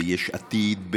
ביש עתיד,